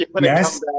Yes